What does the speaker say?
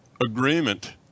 agreement